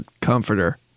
comforter